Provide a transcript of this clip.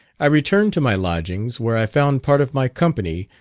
i returned to my lodgings, where i found part of my company,